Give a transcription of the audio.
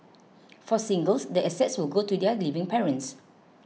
for singles the assets will go to their living parents